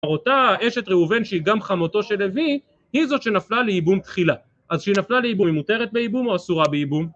אותה אשת ראובן שהיא גם חמותו של לוי, היא זאת שנפלה לייבום תחילה. אז שהיא נפלה לייבום היא מותרת בייבום, או אסורה בייבום?